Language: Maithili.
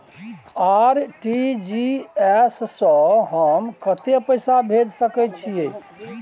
आर.टी.जी एस स हम कत्ते पैसा भेज सकै छीयै?